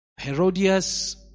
Herodias